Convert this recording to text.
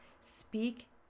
Speak